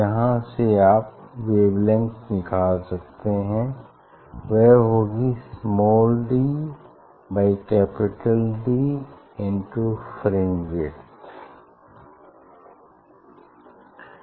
यहाँ से आप वेवलेंग्थ निकाल सकते हैं वह होगी small d by capital D into fringe width